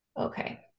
Okay